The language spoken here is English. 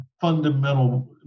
fundamental